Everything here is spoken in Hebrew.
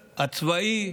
הצבאי,